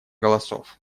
голосов